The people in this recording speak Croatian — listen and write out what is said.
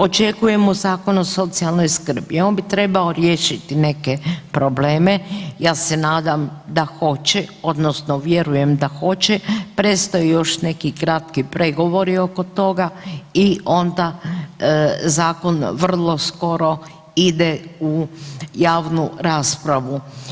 Očekujemo Zakon o socijalnoj skrbi, on bi trebao riješiti neke probleme, ja se nadam da hoće, odnosno vjerujem da hoće, predstoje još neki kratki pregovori oko toga i onda zakon vrlo skoro ide u javnu raspravu.